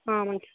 మంచిది